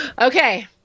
okay